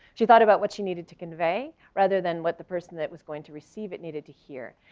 she thought about what she needed to convey rather than what the person that was going to receive it needed to hear,